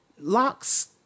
locks